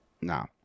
no